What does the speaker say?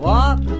Walk